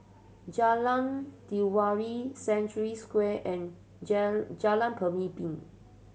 Jalan Telawi Century Square and Jalan Pemimpin